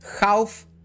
half